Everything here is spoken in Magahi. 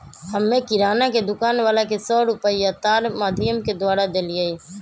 हम्मे किराना के दुकान वाला के सौ रुपईया तार माधियम के द्वारा देलीयी